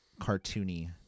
cartoony